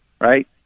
right